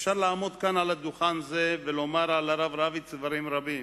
אפשר לעמוד כאן על דוכן זה ולומר על הרב רביץ דברים רבים,